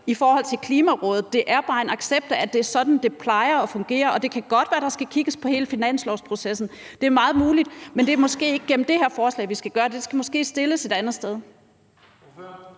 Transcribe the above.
i forhold til Klimarådet. Det er bare en accept af, at det er sådan, det plejer at fungere, og det kan godt være, der skal kigges på hele finanslovsprocessen. Det er meget muligt, men det er måske ikke gennem det her forslag, det skal gøres. Det skal måske ske et andet sted.